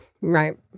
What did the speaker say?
right